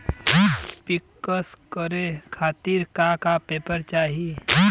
पिक्कस करे खातिर का का पेपर चाही?